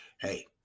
Hey